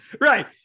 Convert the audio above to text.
Right